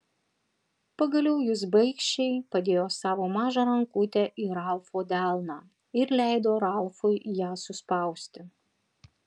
pagaliau jis baikščiai padėjo savo mažą rankutę į ralfo delną ir leido ralfui ją suspausti